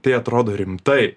tai atrodo rimtai